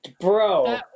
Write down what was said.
Bro